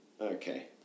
Okay